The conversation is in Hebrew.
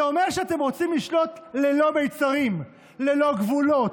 זה אומר שאתם רוצים לשלוט ללא מיצרים, ללא גבולות,